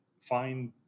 find